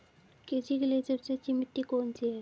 कृषि के लिए सबसे अच्छी मिट्टी कौन सी है?